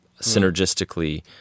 synergistically